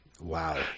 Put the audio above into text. Wow